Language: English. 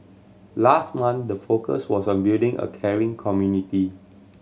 last month the focus was on building a caring community